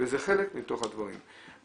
וזה חלק מתוך הדברים.